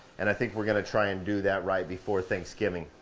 and i think we're gonna try and do that right before thanksgiving.